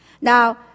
Now